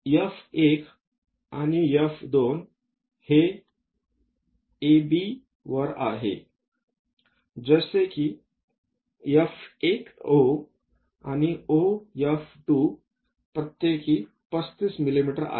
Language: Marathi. F1 आणि F2 हे ABवर आहेत जसे की F1O आणि OF2 प्रत्येकि 35 मिमी आहेत